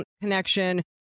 connection